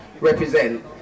represent